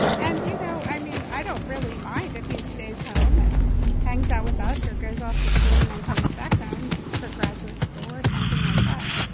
and, you know, i mean, i don't really mind if he stays home and hangs out with us or goes off to school and then comes back home for graduate school or something like that.